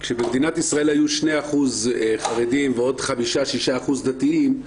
כשבמדינת ישראל היו 2% חרדים ועוד 5% 6% דתיים,